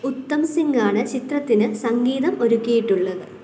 ഉത്തം സിങ്ങാണ് ചിത്രത്തിന് സംഗീതം ഒരുക്കിയിട്ടുള്ളത്